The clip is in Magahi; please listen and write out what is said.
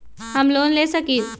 हम लोन ले सकील?